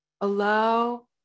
allow